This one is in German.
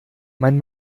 mein